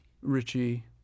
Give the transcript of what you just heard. Richie